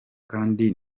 kandi